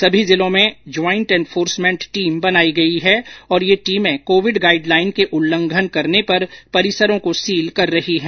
सभी जिलों में ज्याइंट इंफोर्समेंट टीम बनायी गयी हैं और ये टीमें कोविड गाइडलाइन के उल्लंघन करने पर परिसरों को सील कर रही हैं